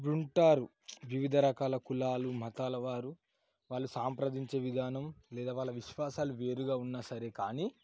ఉంటారు వివిధ రకాల కులాలు మతాలవారు వాళ్ళు సంప్రదించే విధానం లేదా విశ్వాసాలు వేరుగా ఉన్న సరే కానీ